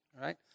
right